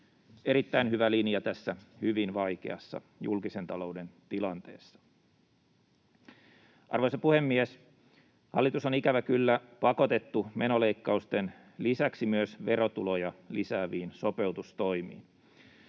erittäin hyvä linja tässä hyvin vaikeassa julkisen talouden tilanteessa. Arvoisa puhemies! Hallitus on ikävä kyllä pakotettu menoleikkausten lisäksi myös verotuloja lisääviin sopeutustoimiin.